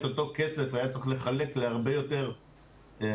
את אותו כסף היה צריך לחלק להרבה יותר כפרים.